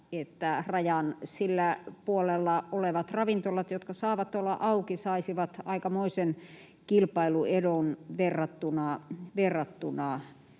että rajan sillä puolella olevat ravintolat, jotka saavat olla auki, saisivat aikamoisen kilpailuedun verrattuna